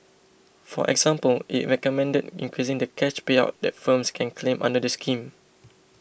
for example it recommended increasing the cash payout that firms can claim under the scheme